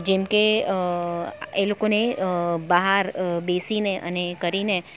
જેમકે એ લોકોને બહાર બેસીને અને કરીને